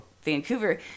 Vancouver